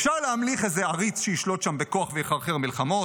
אפשר להמליך איזה עריץ שישלוט שם בכוח ויחרחר מלחמות,